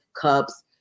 cups